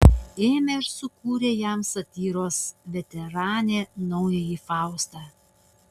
ėmė ir sukūrė jam satyros veteranė naująjį faustą